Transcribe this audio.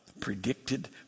predicted